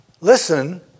listen